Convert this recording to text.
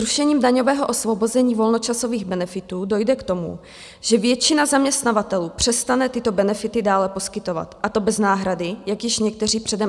Zrušením daňového osvobození volnočasových benefitů dojde k tomu, že většina zaměstnavatelů přestane tyto benefity dále poskytovat, a to bez náhrady, jak již někteří předem avizovali.